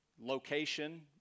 location